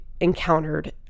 encountered